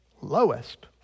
lowest